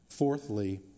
Fourthly